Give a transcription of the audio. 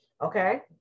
okay